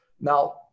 Now